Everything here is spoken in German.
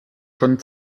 schon